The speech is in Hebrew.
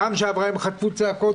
בפעם שעברה הם חטפו צעקות.